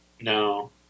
No